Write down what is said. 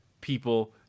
people